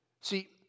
See